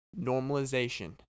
normalization